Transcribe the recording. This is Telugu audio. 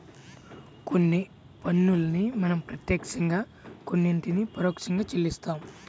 కొన్ని పన్నుల్ని మనం ప్రత్యక్షంగా కొన్నిటిని పరోక్షంగా చెల్లిస్తాం